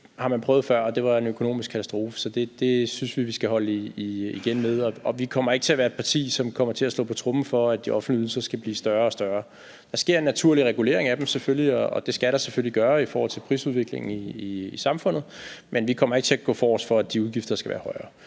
Det har man prøvet før, og det var en økonomisk katastrofe, så det synes vi vi skal holde igen med, og vi kommer ikke til at være et parti, som kommer til at slå på tromme for, at de offentlige ydelser skal blive større og større. Der sker selvfølgelig en naturlig regulering af dem, og det skal der selvfølgelig også gøre i forhold til prisudviklingen i samfundet, men vi kommer ikke til at gå forrest for, at de udgifter skal være højere.